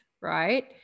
right